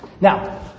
Now